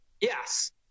yes